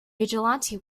vigilante